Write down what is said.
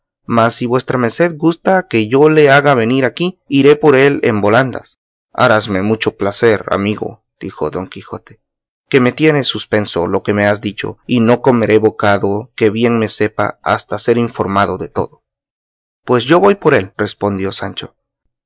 vuestra merced gusta que yo le haga venir aquí iré por él en volandas harásme mucho placer amigo dijo don quijote que me tiene suspenso lo que me has dicho y no comeré bocado que bien me sepa hasta ser informado de todo pues yo voy por él respondió sancho